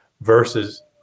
versus